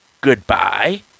goodbye